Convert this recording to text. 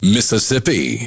Mississippi